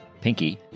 Pinky